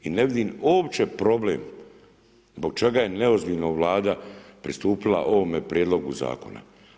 I ne vidim uopće problem zbog čega je neozbiljno Vlada pristupila ovome prijedlogu zakona.